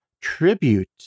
tribute